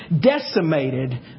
decimated